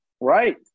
Right